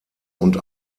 und